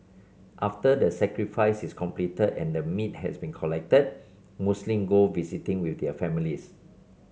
after the sacrifice is completed and the meat has been collected Muslim go visiting with their families